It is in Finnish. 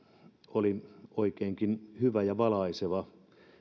oli oikeinkin hyvä ja valaiseva